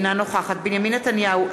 אינה נוכחת בנימין נתניהו,